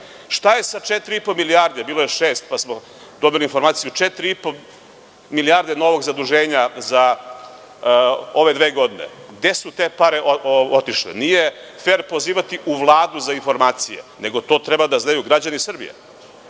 je sa 4,5 milijardi, bilo je šest, pa smo dobili informaciju 4,5 milijardi novog zaduženja za ove dve godine? Gde su te pare otišle? Nije fer pozivati u Vladu za informacije, nego to treba da znaju građani Srbije,